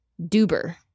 Duber